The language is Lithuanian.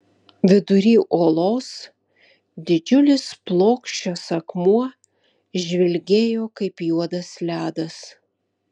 vidury olos didžiulis plokščias akmuo žvilgėjo kaip juodas ledas